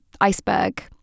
iceberg